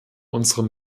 unsere